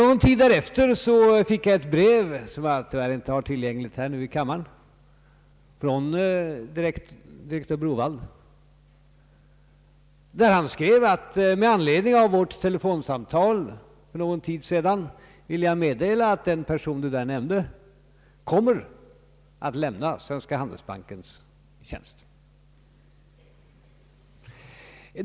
Någon tid därefter fick jag ett brev från direktör Browaldh, vilket jag inte har tillgängligt här i kammaren, där han skrev att han med anledning av vårt telefonsamtal för någon tid sedan ville framföra att den person vi då nämnde skulle komma att lämna Svenska handelsbankens tjänst.